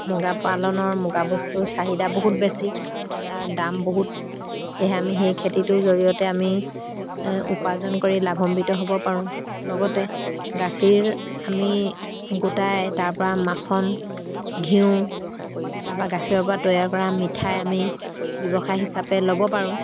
মুগা পালনৰ মুগা বস্তুৰ চাহিদা বহুত বেছি তাৰ দাম বহুত সেয়েহে আমি সেই খেতিটোৰ জৰিয়তে আমি উপাৰ্জন কৰি লাভম্বিত হ'ব পাৰোঁ লগতে গাখীৰ আমি গোটাই তাৰপৰা মাখন ঘিউ তাৰপা গাখীৰৰ পৰা তৈয়াৰ কৰা মিঠাই আমি ব্যৱসায় হিচাপে ল'ব পাৰোঁ